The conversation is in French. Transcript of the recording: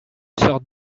sorte